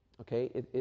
Okay